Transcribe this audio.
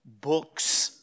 books